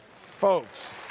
Folks